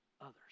others